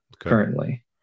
Currently